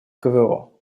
кво